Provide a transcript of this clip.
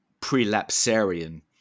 prelapsarian